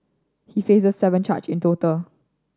he faces seven charge in total